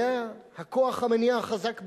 זה הכוח המניע החזק ביותר.